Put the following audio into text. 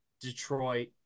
Detroit